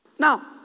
Now